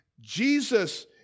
Jesus